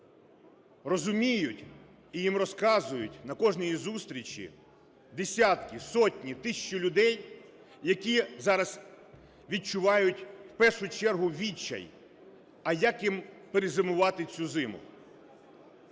розуміють, і їм розказують на кожній зустрічі десятки, сотні, тисячі людей, які зараз відчувають в першу чергу відчай, а як їм перезимувати цю зиму.